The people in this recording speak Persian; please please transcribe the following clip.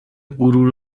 غرور